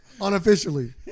unofficially